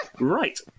right